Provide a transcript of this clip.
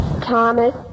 Thomas